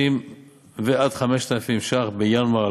ואת תל אביב הוא לא